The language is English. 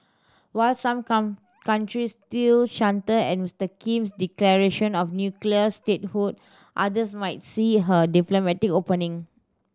while some countries still shudder at Mister Kim's declaration of nuclear statehood others might see her diplomatic opening